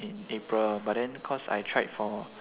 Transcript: in april but then cause I tried for